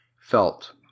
felt